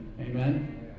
Amen